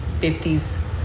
50s